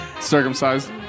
Circumcised